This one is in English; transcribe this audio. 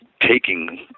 taking